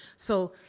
so,